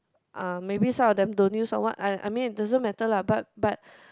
uh maybe some of them don't use what I I mean it doesn't matter lah but but